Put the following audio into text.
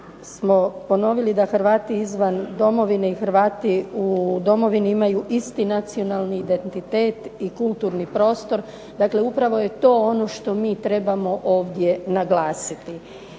smo ponovili da Hrvati izvan domovine i Hrvati u domovini imaju isti nacionalni identitet i kulturni prostor. Dakle, upravo je to ono što mi trebamo ovdje naglasiti.